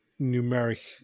numeric